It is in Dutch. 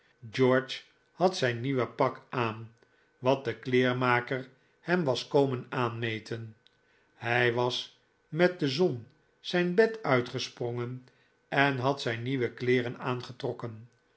george had zijn nieuw pak aan wat de kleermaker hem was komen aanmeten hij was met de zon zijn bed uitgesprongen en had zijn nieuwe kleeren aangetrokken